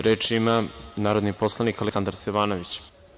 Reč ima narodni poslanik Aleksandar Stevanović.